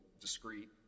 discrete